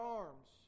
arms